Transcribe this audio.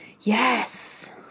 yes